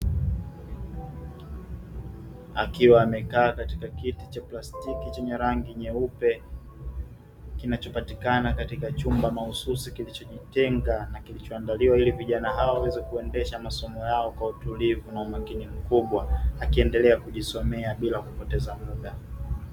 Akiwa amekaa katika kiti cha plastiki chenye rangi nyeupe, kinachopatikana katika chumba mahususi kilichojitenga na kilichoandaliwa ili vijana hao waweze kuendesha masomo yao kwa utulivu na umakini mkubwa, akiendelea kujisomea bila kupoteza muda.